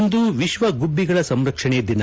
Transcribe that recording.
ಇಂದು ವಿತ್ವ ಗುಬ್ಬಿಗಳ ಸಂರಕ್ಷಣೆ ದಿನ